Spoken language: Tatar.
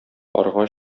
карга